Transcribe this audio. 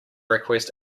request